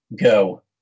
Go